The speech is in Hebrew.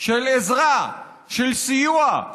של עזרה, של סיוע,